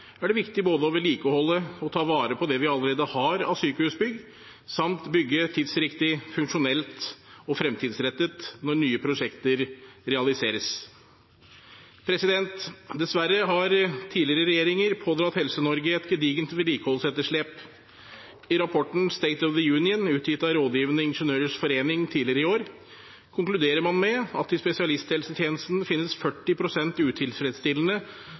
er det viktig både å vedlikeholde og ta vare på det vi allerede har av sykehusbygg, samt bygge tidsriktig, funksjonelt og fremtidsrettet når nye prosjekter realiseres. Dessverre har tidligere regjeringer pådratt Helse-Norge et gedigent vedlikeholdsetterslep. I rapporten «State of the Nation», utgitt av Rådgivende Ingeniørers Forening tidligere i år, konkluderer man med at det i spesialisthelsetjenesten finnes 40 pst. utilfredsstillende